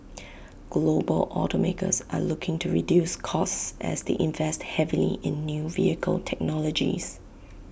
global automakers are looking to reduce costs as they invest heavily in new vehicle technologies